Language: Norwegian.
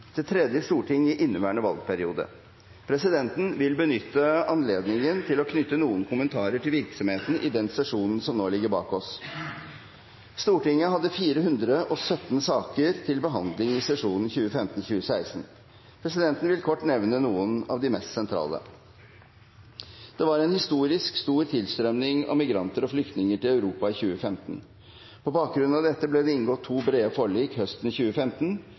til å knytte noen kommentarer til virksomheten i den sesjonen som nå ligger bak oss. Stortinget hadde 417 saker til behandling i sesjonen 2015–2016. Presidenten vil kort nevne noen av de mest sentrale: Det var en historisk stor tilstrømning av migranter og flyktninger til Europa i 2015. På bakgrunn av dette ble det inngått to brede forlik høsten 2015,